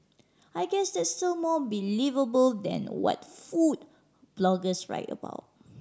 I guess that's still more believable than what food bloggers write about